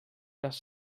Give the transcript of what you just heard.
les